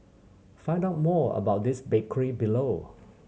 find out more about this bakery below